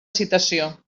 citació